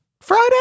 Friday